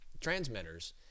transmitters